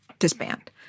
Disband